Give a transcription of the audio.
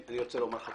אני רוצה לומר לך,